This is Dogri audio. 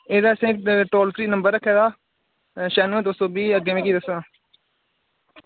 एह्दे आस्तै इक टोल फ्री नंबर रक्खेदा छयानुवैं दो सौ बीह् अग्गे मिकी दस्सो हा